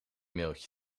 mailtje